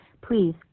please